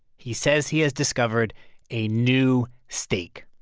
he says he has discovered a new steak,